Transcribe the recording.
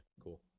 cool